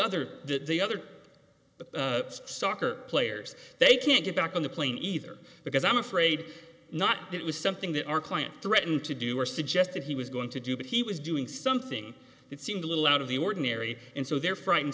that the other the soccer players they can't get back on the plane either because i'm afraid not that it was something that our client threatened to do or suggested he was going to do but he was doing something that seemed a little out of the ordinary and so they're frightened